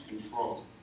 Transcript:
control